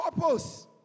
Purpose